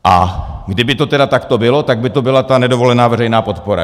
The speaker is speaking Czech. A kdyby to tedy takto bylo, tak by to byla ta nedovolená veřejná podpora.